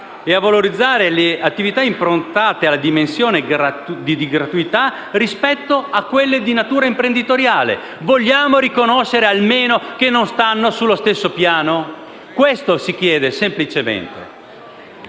e a «valorizzare le attività improntate alla dimensione della gratuità rispetto a quelle di natura imprenditoriale». Vogliamo riconoscere almeno che non stanno sullo stesso piano? Questo si chiedo semplicemente.